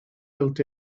built